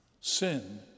Sin